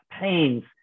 pains